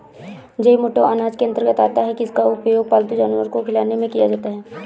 जई मोटे अनाज के अंतर्गत आता है जिसका उपयोग पालतू जानवर को खिलाने में किया जाता है